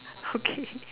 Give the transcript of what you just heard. okay